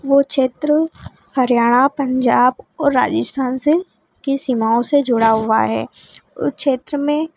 वह क्षेत्र हरियाणा पंजाब और राजस्थान से की सीमाओं से जुड़ा हुआ है उस क्षेत्र में